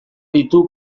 ditu